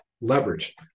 leverage